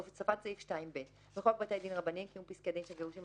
הוספת סעיף 2ב 1. בחוק בתי דין רבניים (קיום פסקי דין של גירושין),